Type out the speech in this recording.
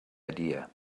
idea